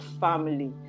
family